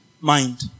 mind